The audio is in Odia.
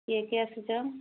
କିଏ କିଏ ଆସିଛ